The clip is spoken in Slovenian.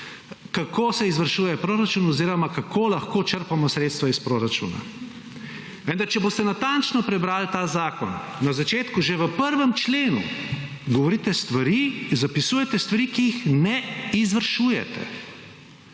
kako se izvršuje proračun oziroma kako lahko črpamo sredstva iz proračuna. Vendar če boste natančno prebrali ta zakon, na začetku že v 1. členu govorite stvari, zapisujete stvari, ki jih ne izvršujete.